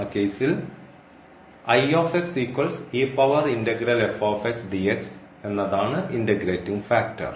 ആ കേസിൽ എന്നതാണ് ഇൻറഗ്രേറ്റിംഗ് ഫാക്ടർ